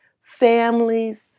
families